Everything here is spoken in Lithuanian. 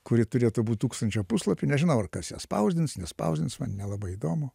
kuri turėtų būt tūkstančio puslapių nežinau ar kas ją spausdins nespausdins man nelabai įdomu